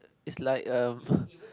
it's like um